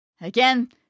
Again